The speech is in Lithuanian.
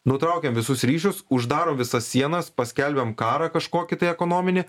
nutraukiam visus ryšius uždarom visas sienas paskelbiam karą kažkokį tai ekonominį